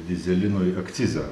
dyzelinui akcizą